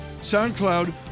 SoundCloud